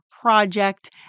project